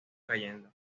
cayendo